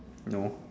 no